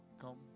come